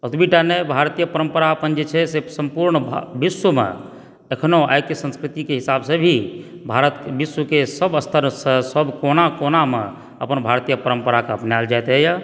ओतबी टा नहि भारतीय परम्परा अपन जे छै से सम्पुर्ण विश्वमे एखनो आइके संस्कृतिके हिसाब से भी भारत विश्वके सब स्तरसँ सब कोना कोनामे अपन भारतीय परम्पराके अपनाएल जाइत रहैय